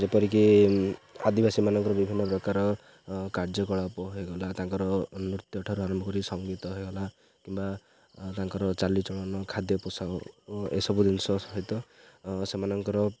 ଯେପରିକି ଆଦିବାସୀ ମାନଙ୍କର ବିଭିନ୍ନ ପ୍ରକାର କାର୍ଯ୍ୟକଳାପ ହେଇଗଲା ତାଙ୍କର ନୃତ୍ୟ ଠାରୁ ଆରମ୍ଭ କରି ସଙ୍ଗୀତ ହେଇଗଲା କିମ୍ବା ତାଙ୍କର ଚାଲିଚଳନ ଖାଦ୍ୟ ପୋଷାକ ଏସବୁ ଜିନିଷ ସହିତ ସେମାନଙ୍କର